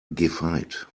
gefeit